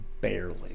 barely